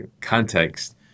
context